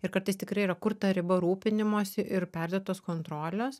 ir kartais tikrai yra kur ta riba rūpinimosi ir perdėtos kontrolės